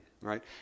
right